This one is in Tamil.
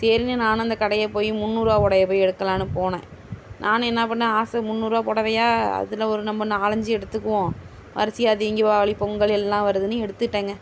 சரின்னு நானும் அந்த கடையை போய் முன்னூறு ரூபா புடவய போய் எடுக்கலாம்னு போனேன் நானும் என்ன பண்ணிணேன் ஆசை முன்னூறு ரூபா புடவையா அதில் ஒரு நம்ம நாலஞ்சு எடுத்துக்குவோம் வரிசையாக தீபாவளி பொங்கல் எல்லாம் வருதுன்னு எடுத்துகிட்டேன்ங்க